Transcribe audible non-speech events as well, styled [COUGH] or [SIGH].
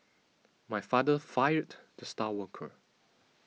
[NOISE] my father fired the star worker